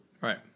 Right